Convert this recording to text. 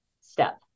step